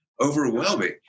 overwhelming